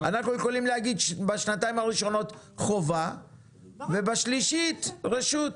אנחנו יכולים להגיד שבשנתיים הראשונות חובה ובשלישית רשות.